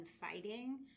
fighting